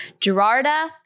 Gerarda